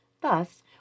Thus